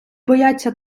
бояться